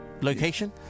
Location